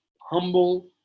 humble